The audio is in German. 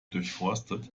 durchforstet